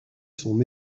son